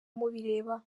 mubireba